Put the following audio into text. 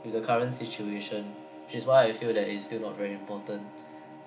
with the current situation which is why I feel that it's still not very important